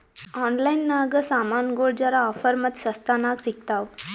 online ನಾಗ್ ಸಾಮಾನ್ಗೊಳ್ ಜರಾ ಆಫರ್ ಮತ್ತ ಸಸ್ತಾ ನಾಗ್ ಸಿಗ್ತಾವ್